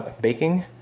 baking